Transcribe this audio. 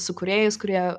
su kūrėjais kurie